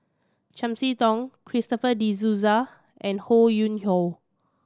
Chiam See Tong Christopher De Souza and Ho Yuen Hoe